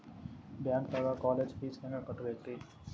ಬ್ಯಾಂಕ್ದಾಗ college fees ಹೆಂಗ್ ಕಟ್ಟ್ಬೇಕ್ರಿ?